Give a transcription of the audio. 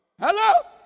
Hello